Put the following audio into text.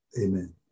Amen